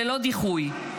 ללא דיחוי.